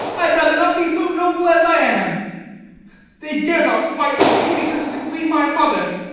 i had rather not be so noble as i am they dare not fight with me, because of the queen my mother.